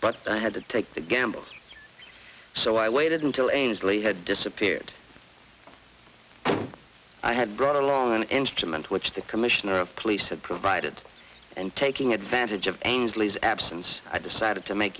but i had to take the gamble so i waited until ainslie had disappeared i had brought along an instrument which the commissioner of police had provided and taking advantage of ainslie's absence i decided to make